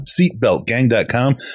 seatbeltgang.com